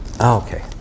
Okay